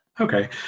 Okay